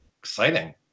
exciting